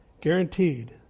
Guaranteed